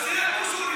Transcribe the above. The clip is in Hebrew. אז תתנהג כמו סוריה.